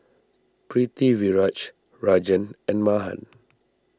Pritiviraj Rajan and Mahan